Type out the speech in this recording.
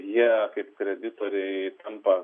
jie kaip kreditoriai tampa